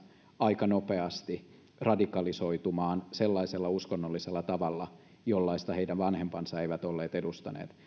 aika nopeasti radikalisoitumaan sellaisella uskonnollisella tavalla jollaista heidän vanhempansa eivät olleet edustaneet